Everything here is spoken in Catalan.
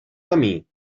camí